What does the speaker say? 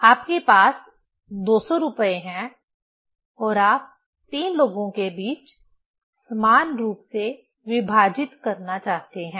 आपके पास 200 रुपये हैं और आप तीन लोगों के बीच समान रूप से विभाजित करना चाहते हैं